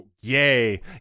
Yay